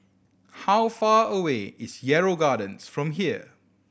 how far away is Yarrow Gardens from here